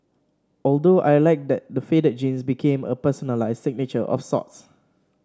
although I liked that the faded jeans became a personalised signature of sorts